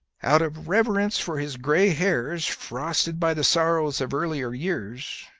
out of reverence for his gray hairs frosted by the sorrows of earlier years,